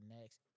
next